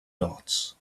dots